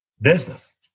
business